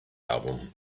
album